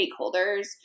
stakeholders